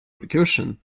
recursion